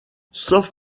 sauf